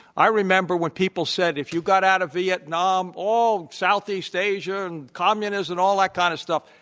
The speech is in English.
i remember when people said, if you got out of vietnam, all southeast asia and communism and all that kind of stuff.